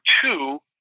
two